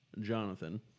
Jonathan